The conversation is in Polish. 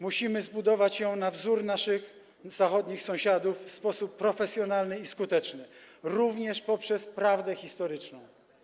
Musimy zbudować ją na wzór naszych zachodnich sąsiadów w sposób profesjonalny i skuteczny, również poprzez prawdę historyczną.